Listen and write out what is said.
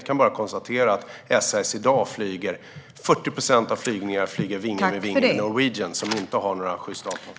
Jag kan bara konstatera att SAS i dag i 40 procent av flygningarna flyger vinge mot vinge med Norwegian, som inte har några sjysta avtal.